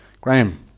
Graham